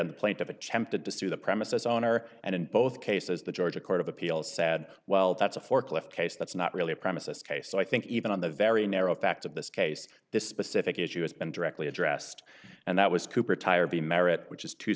in the plaintiff attempted to sue the premises owner and in both cases the georgia court of appeals said well that's a forklift case that's not really a premises case so i think even on the very narrow facts of this case this specific issue has been directly addressed and that was cooper tire b merit which is two